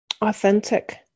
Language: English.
Authentic